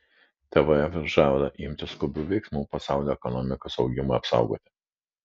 tvf žada imtis skubių veiksmų pasaulio ekonomikos augimui apsaugoti